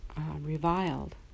reviled